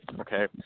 okay